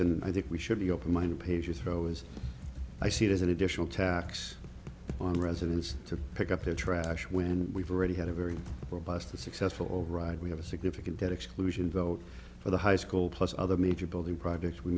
and i think we should be open minded pages for as i see it as an additional tax on residents to pick up their trash when we've already had a very robust and successful ride we have a significant debt exclusion vote for the high school plus other major building projects we